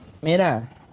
mira